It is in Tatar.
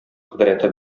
кодрәте